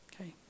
Okay